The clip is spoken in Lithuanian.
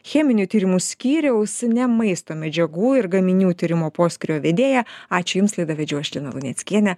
cheminių tyrimų skyriaus ne maisto medžiagų ir gaminių tyrimų poskyrio vedėją ačiū jums laidą vedžiau aš lina luneckienė